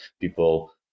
people